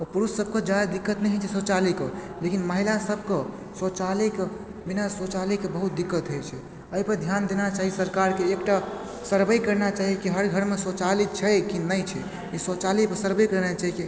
आओर पुरुष सबके जादा दिक्कत नहि होइ छै शौचालयके लेकिन महिला सबके शौचालयके बिना शौचालयके बहुत दिक्कत होइ छै अइपर ध्यान देना चाही सरकारके एक टा सर्वे करना चाही कि हर घरमे शौचालय छै कि नहि छै ई शौचालयके सर्वे करना चाही कि